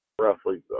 roughly